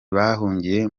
bahungiye